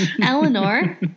Eleanor